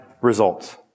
results